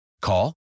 Call